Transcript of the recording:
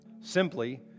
simply